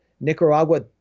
Nicaragua